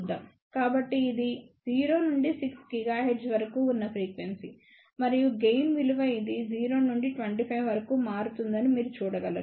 కాబట్టి ఇది 0 నుండి 6 GHz వరకు ఉన్న ఫ్రీక్వెన్సీ మరియు గెయిన్ విలువ ఇది 0 నుండి 25 వరకు మారుతుందని మీరు చూడగలరు